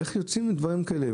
איך יוצאים מדברים כאלה?